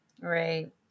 Right